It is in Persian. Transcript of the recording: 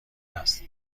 است